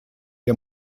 der